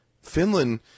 Finland